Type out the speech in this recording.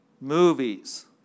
movies